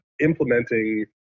implementing